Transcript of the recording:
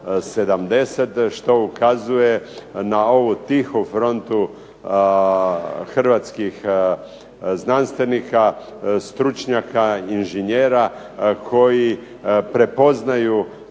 što ukazuje na ovu tihu frontu hrvatskih znanstvenika, stručnjaka, inženjera koji prepoznaju